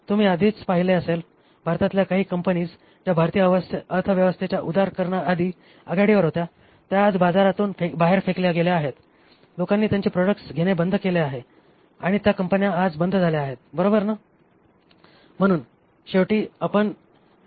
तुम्ही आधीच पहिले असेल भारतातल्या काही कंपनीज ज्या भारतीय अर्थव्यवस्थेच्या उदारीकरणाआधी आघाडीवर होत्या त्या आज बाजारातून बाहेर फेकल्या गेल्या आहेत लोकांनी त्यांचे प्रॉडक्ट्स घेणे बंद केले आहे आणि आज त्या कंपन्या बंद झाल्या आहेत बरोबर ना